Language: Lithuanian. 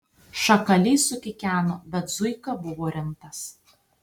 šakalys sukikeno bet zuika buvo rimtas